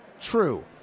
true